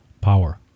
power